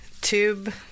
tube